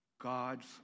God's